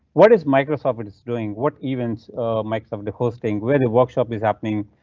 what is microsoft but is doing? what events microsoft hosting very workshop is happening?